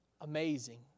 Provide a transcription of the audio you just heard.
amazing